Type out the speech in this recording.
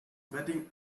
betting